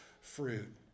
fruit